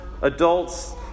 adults